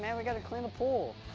yeah we gotta clean the pool.